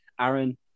Aaron